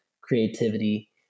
creativity